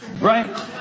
right